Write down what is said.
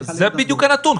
אז זה בדיוק הנתון,